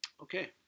Okay